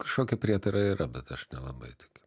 kažkokie prietarai yra bet aš nelabai tikiu